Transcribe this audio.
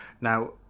Now